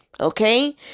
Okay